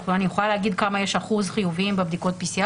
אני יכולה להגיד כמה אחוז חיוביים יש בבדיקות PCR